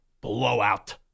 Blowout